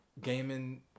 gaming